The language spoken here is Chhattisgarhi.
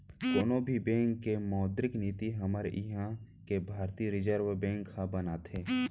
कोनो भी बेंक के मौद्रिक नीति हमर इहाँ के भारतीय रिर्जव बेंक ह बनाथे